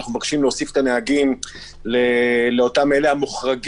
אנחנו מבקשים להוסיף את הנהגים לאותם המוחרגים